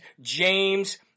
James